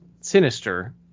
sinister